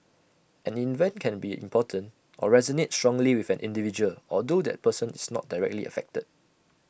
an event can be important or resonate strongly with an individual although that person is not directly affected